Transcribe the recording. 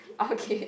okay